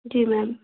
जी ma'am